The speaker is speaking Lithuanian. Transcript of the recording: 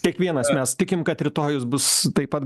kiekvienas mes tikim kad rytojus bus taip pat